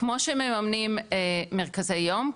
כמו שמממנים מרכזי יום,